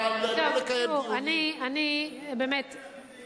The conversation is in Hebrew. מה יקרה אם זה ייפול?